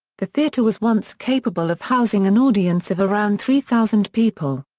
the theatre was once capable of housing an audience of around three thousand people.